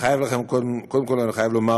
קודם כול, אני חייב לומר